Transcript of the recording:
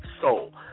Soul